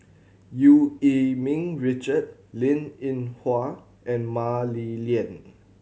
Eu Yee Ming Richard Linn In Hua and Mah Li Lian